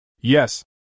Yes